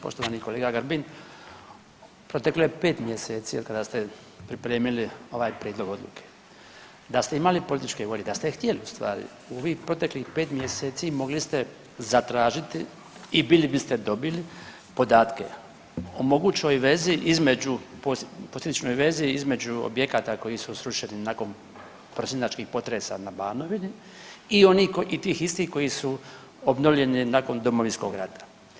Poštovani kolega Grbin, proteklo je 5 mjeseci od kada ste pripremili ovaj prijedlog odluke, da ste imali političke volje, da ste htjeli u stvari u ovih protekli 5 mjeseci mogli ste zatražiti i bili biste dobili podatke o mogućoj vezi između, posljedičnoj vezi između objekata koji su srušeni nakon prosinačkih potresa na Banovini i onih, i tih istih koji su obnovljeni nakon Domovinskog rata.